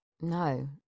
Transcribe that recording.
no